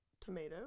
tomato